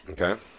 okay